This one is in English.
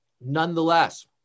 Nonetheless